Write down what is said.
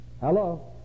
Hello